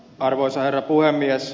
arvoisa herra puhemies